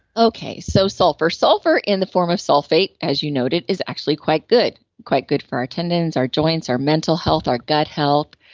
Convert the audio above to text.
okay, so sulfur, sulfur in the form of sulfate as you noted, is actually quite good quite good for our tendons, our joints, our mental health, our gut health.